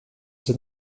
ses